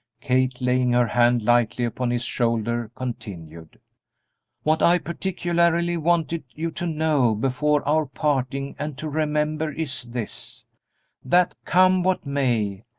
kate, laying her hand lightly upon his shoulder, continued what i particularly wanted you to know before our parting and to remember is this that come what may,